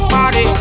Party